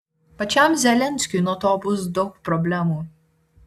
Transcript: pačiam zelenskiui nuo to bus daug problemų